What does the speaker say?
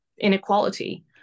inequality